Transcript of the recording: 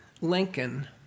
Lincoln